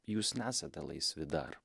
jūs nesate laisvi dar